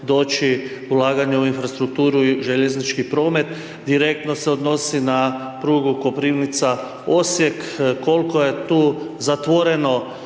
doći ulaganje u infrastrukturu i u željeznički promet, direktno se odnosi na prugu Koprivnica-Osijek, koliko je tu zatvoreno